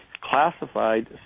classified